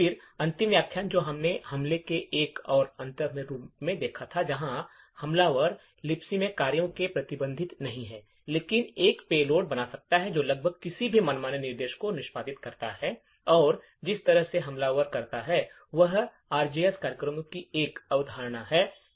फिर अंतिम व्याख्यान जो हमने हमले के एक और उन्नत रूप में देखा था जहां हमलावर लिबक में कार्यों के लिए प्रतिबंधित नहीं है लेकिन एक पेलोड बना सकता है जो लगभग किसी भी मनमाने निर्देशों को निष्पादित करता है और जिस तरह से हमलावर करता है वह आरजेएस कार्यक्रमों की एक अवधारणा है